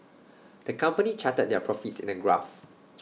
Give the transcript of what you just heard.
the company charted their profits in A graph